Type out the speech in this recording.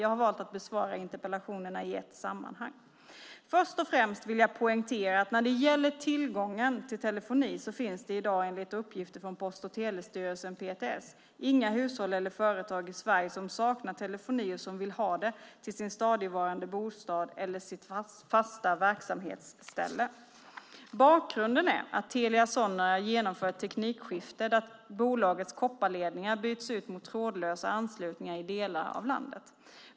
Jag har valt att besvara interpellationerna i ett sammanhang. Först och främst vill jag poängtera att när det gäller tillgången till telefoni finns det i dag, enligt uppgifter från Post och telestyrelsen, PTS, inga hushåll eller företag i Sverige som saknar telefoni och som vill ha det till sin stadigvarande bostad eller sitt fasta verksamhetsställe. Bakgrunden är att Telia Sonera genomför ett teknikskifte där bolagets kopparledningar byts ut mot trådlösa anslutningar i delar av landet.